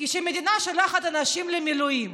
כשהמדינה שולחת אנשים למילואים